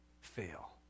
fail